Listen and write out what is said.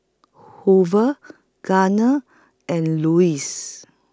Hoover Gardner and Louis